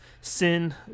sin